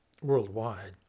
worldwide